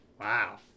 Wow